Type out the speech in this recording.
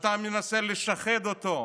אתה מנסה לשחד אותו.